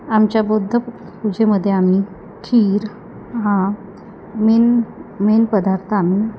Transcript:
आमच्या बौद्ध पूजेमध्ये आम्ही खीर हा मेन मेन पदार्थ आम्ही